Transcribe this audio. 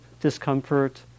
discomfort